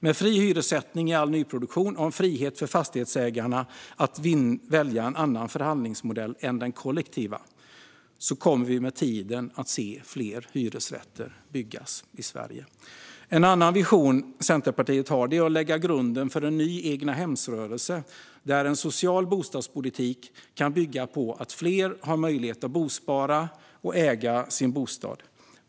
Med fri hyressättning i all nyproduktion och en frihet för fastighetsägarna att välja en annan förhandlingsmodell än den kollektiva kommer vi med tiden att se fler hyresrätter byggas i Sverige. En annan vision Centerpartiet har är att lägga grunden för en ny egnahemsrörelse, där en social bostadspolitik kan bygga på att fler har möjlighet att bospara och äga sin bostad.